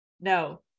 no